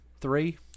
three